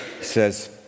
says